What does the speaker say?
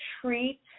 treat